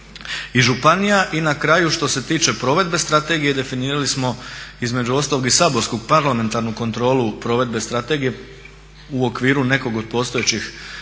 i županija. I na kraju što se tiče provedbe strategije i definirali smo između ostalog i saborsku parlamentarnu kontrolu provedbe strategije u okviru nekog od postojećih saborskih